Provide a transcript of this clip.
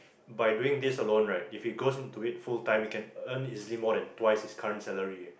by doing this alone right if he goes into it full time he can earn easily more than twice his current salary eh